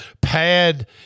pad